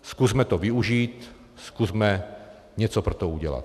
Zkusme to využít, zkusme něco pro to udělat.